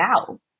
out